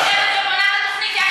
אני יושבת ובונה את התוכנית יחד עם,